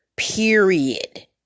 period